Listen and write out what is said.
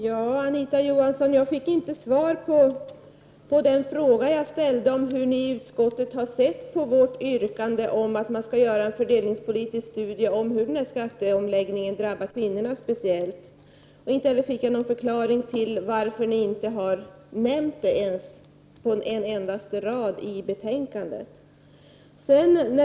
Herr talman! Jag fick inte svar av Anita Johansson på den fråga som jag ställde om hur utskottet har sett på vänsterpartiets yrkande om att det skall göras en fördelningspolitisk studie om hur denna skatteomläggning drabbar särskilt kvinnorna. Jag fick inte heller någon förklaring till varför det inte har nämnts på en endaste rad i betänkandet.